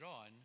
on